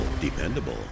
dependable